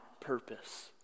purpose